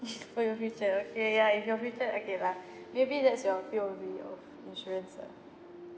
for your future ya ya if your future okay lah maybe that's your will be your insurance ah